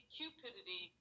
cupidity